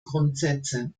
grundsätze